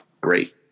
great